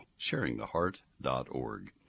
Sharingtheheart.org